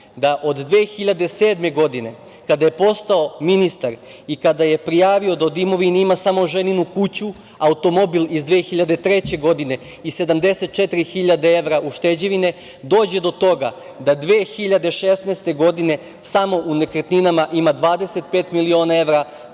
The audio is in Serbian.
da od 2007. godine, kada je postao ministar i kada je prijavio da od imovine ima samo ženinu kuću, automobil iz 2003. godine i 74 hiljade evra ušteđevine, dođe do toga da 2016. godine samo u nekretninama ima 25 miliona evra,